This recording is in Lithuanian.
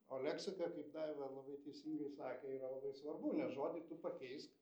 o leksika kaip daiva labai teisingai sakė yra labai svarbu nes žodį tu pakeisk